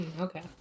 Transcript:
okay